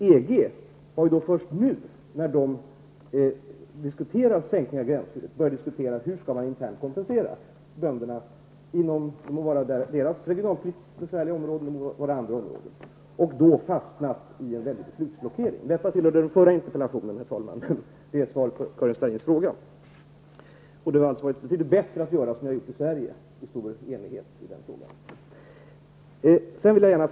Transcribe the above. EG har först nu, när man diskuterar en sänkning av gränsskyddet, börjat diskutera hur man internt skall kompensera bönderna -- det må gälla EGs regionalpolitiskt besvärliga områden eller några andra områden -- och då fastnat i en väldig beslutsblockering. Detta tillhör debatten om den förra interpellationen, herr talman, men det är i alla fall svar på Karin Starrins fråga. Det har alltså varit betydligt bättre att göra som vi har gjort i Sverige -- i stor enighet.